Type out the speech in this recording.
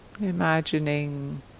imagining